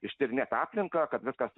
ištyrinėt aplinką kad viskas